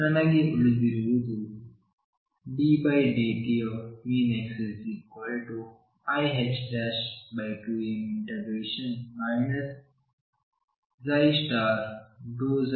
ಆದ್ದರಿಂದ ನನಗೆ ಉಳಿದಿರುವುದು ddt⟨x⟩iℏ2m ∂ψ∂xdx×2